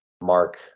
Mark